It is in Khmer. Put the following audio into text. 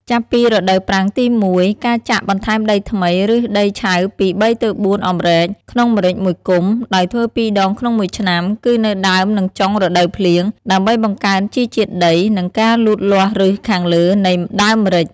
ចាប់ពីរដូវប្រាំងទី១ ការចាក់បន្ថែមដីថ្មី ឬដីឆៅពី ៣ទៅ៤ អំរែក ក្នុងម្រេច១គុម្ព ដោយធ្វើ២ដងក្នុង១ឆ្នាំ គឺនៅដើមនឹងចុង រដូវភ្លៀង ដើម្បីបង្កើនជីជាតិដី និង ការលូតលាស់ឫសខាងលើនៃដើមម្រេច។